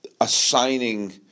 assigning